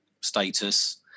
status